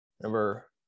number